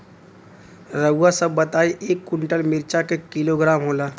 रउआ सभ बताई एक कुन्टल मिर्चा क किलोग्राम होला?